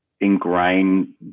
ingrain